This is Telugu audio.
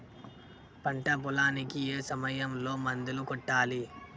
పంట పొలానికి ఏ సమయంలో మందులు కొట్టాలి?